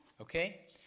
Okay